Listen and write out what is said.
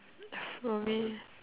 for me